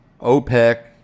OPEC